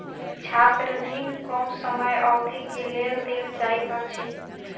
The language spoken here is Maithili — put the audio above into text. छात्र ऋण कम समय अवधि के लेल देल जाइत अछि